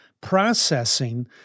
processing